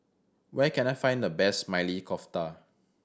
where can I find the best Maili Kofta